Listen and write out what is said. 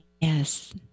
yes